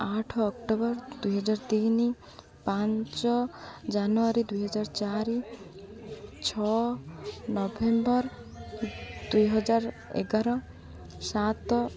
ଆଠ ଅକ୍ଟୋବର ଦୁଇହଜାର ତିନି ପାଞ୍ଚ ଜାନୁଆରୀ ଦୁଇହଜାର ଚାରି ଛଅ ନଭେମ୍ବର ଦୁଇହଜାର ଏଗାର ସାତ